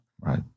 Right